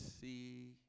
see